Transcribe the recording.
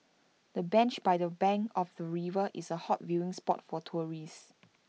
the bench by the bank of the river is A hot viewing spot for tourists